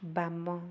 ବାମ